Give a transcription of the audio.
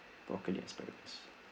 broccoli asparagus